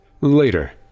Later